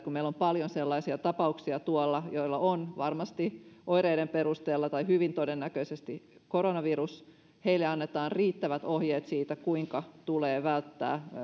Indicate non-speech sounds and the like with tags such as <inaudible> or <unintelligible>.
<unintelligible> kun meillä on paljon sellaisia tapauksia joilla on varmasti oireiden perusteella tai hyvin todennäköisesti koronavirus ja annetaan riittävät ohjeet siitä kuinka tulee välttää